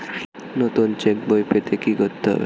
নতুন চেক বই পেতে কী করতে হবে?